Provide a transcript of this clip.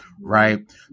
right